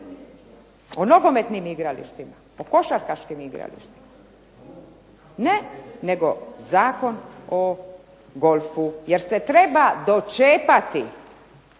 O nogometnim igralištima, o košarkaškim igralištima? Ne, nego Zakon o golfu jer se treba dočepati